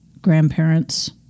grandparents